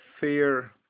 fair